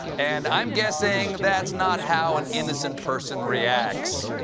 and i'm guessing that's not how an innocent person reacts.